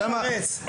אין בעיה.